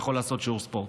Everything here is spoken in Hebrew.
יכול לעשות שיעור ספורט?